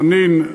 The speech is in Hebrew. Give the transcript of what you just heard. חנין,